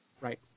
Right